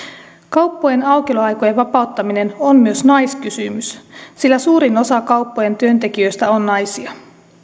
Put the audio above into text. kauppojen aukioloaikojen vapauttaminen on myös naiskysymys sillä suurin osa kauppojen työntekijöistä on naisia